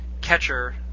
catcher